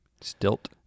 Stilt